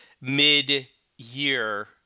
mid-year